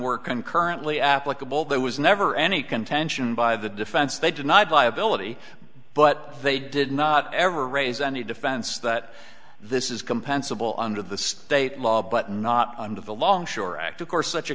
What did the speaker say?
work concurrently applicable there was never any contention by the defense they denied viability but they did not ever raise any defense that this is compensable under the state law but not under the longshore act of course such a